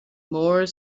more